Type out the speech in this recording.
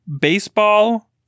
baseball